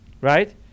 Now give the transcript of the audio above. right